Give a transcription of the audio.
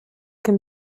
can